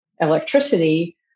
electricity